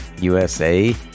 USA